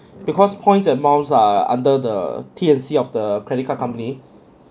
because points amounts are under the t and c of the credit card company